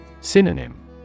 Synonym